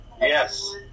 Yes